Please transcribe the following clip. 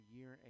Year